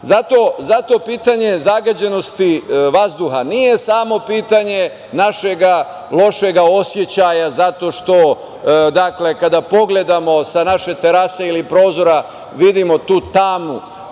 pitanje zagađenosti vazduha nije samo pitanje našeg lošeg osećaja zato što kada pogledamo sa naše terase ili prozora vidimo tu tamu,